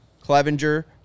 Clevenger